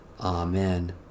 Amen